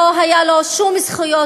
לא היו לו שום זכויות,